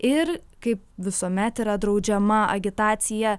ir kaip visuomet yra draudžiama agitacija